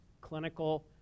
clinical